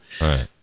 right